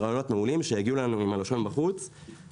רגע לפני שהתייאשו וסגרו את המיזם, וחבל.